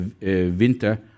winter